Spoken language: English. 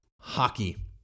hockey